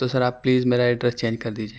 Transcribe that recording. تو سر آپ پلیز میرا ایڈریس چینج کر دیجیے